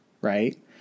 right